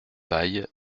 paille